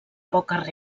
poques